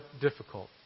difficult